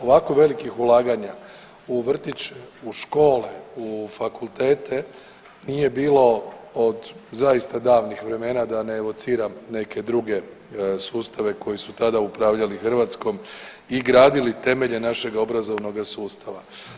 Ovako velikih ulaganja u vrtić, u škole, u fakultete nije bilo od zaista davnih vremena da ne evociram neke druge sustave koji su tada upravljali Hrvatskom i gradili temelje našeg obrazovnog sustava.